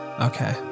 Okay